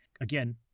again